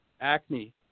acne